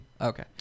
Okay